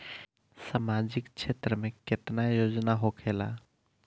सामाजिक क्षेत्र में केतना योजना होखेला?